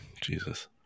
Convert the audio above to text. Jesus